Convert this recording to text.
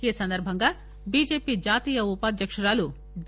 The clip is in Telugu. ఈ సందర్బంగా బి జె పి జాతీయ ఉపాధ్యకురాలు డి